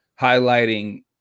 highlighting